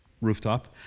rooftop